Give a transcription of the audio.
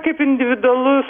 kaip individualus